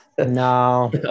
No